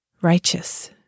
righteous